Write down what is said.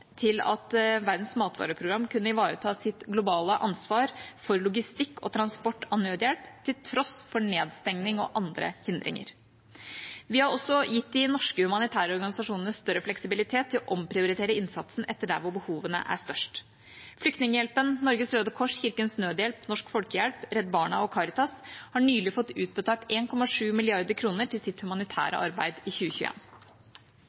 til at WFP kunne ivareta sitt globale ansvar for logistikk og transport av nødhjelp til tross for nedstengning og andre hindringer. Vi har også gitt de norske humanitære organisasjonene større fleksibilitet til å omprioritere innsatsen etter hvor behovene er størst. Flyktninghjelpen, Norges Røde Kors, Kirkens Nødhjelp, Norsk Folkehjelp, Redd Barna og Caritas har nylig fått utbetalt 1,7 mrd. kr til sitt